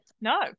No